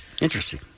Interesting